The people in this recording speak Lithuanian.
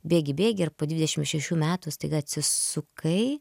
bėgi bėgi ir po dvidešimt šešių metų staiga atsisukai